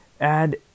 Add